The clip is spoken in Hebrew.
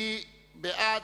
מי בעד?